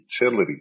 utility